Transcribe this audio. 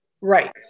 right